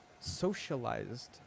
socialized